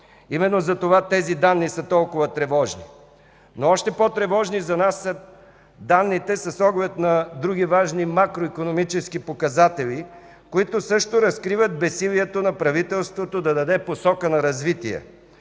Именно затова тези данни са толкова тревожни. Но още по-тревожни за нас са данните с оглед на други важни макроикономически показатели, които също разкриват безсилието на правителството да даде посока на развитие.